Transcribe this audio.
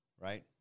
right